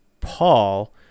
Paul